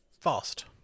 fast